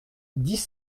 dix